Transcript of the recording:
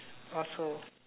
also